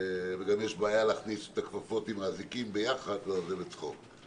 וגם יש בעיה להכניס את הכפפות עם האזיקים ביחד --- אגב,